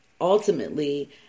ultimately